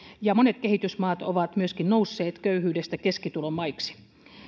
ja monet kehitysmaat ovat myöskin nousseet köyhyydestä keskitulon maiksi